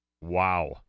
Wow